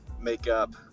makeup